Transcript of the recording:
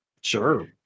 sure